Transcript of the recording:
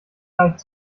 leicht